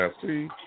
see